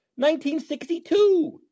1962